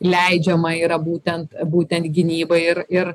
leidžiama yra būtent būtent gynyba ir ir